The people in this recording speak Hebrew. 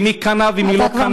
מי קנה ומי לא קנה.